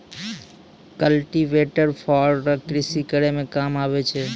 cultivator फार रो कृषि करै मे काम आबै छै